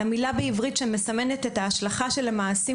למילה בעברית שמסמנת את ההשלכה של המעשים